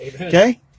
Okay